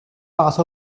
fath